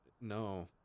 no